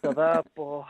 tada po